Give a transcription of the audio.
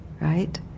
right